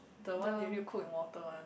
the one you need to cook in water one